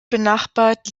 benachbart